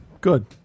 good